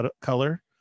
color